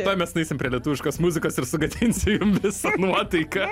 tuoj mes nueisim prie lietuviškos muzikos ir sugadinsiu jum visą nuotaiką